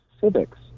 civics